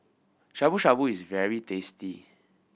Shabu Shabu is very tasty